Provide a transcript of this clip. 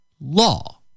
law